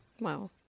Wow